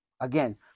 Again